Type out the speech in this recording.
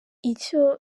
icyo